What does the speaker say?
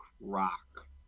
rock